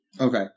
Okay